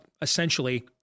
essentially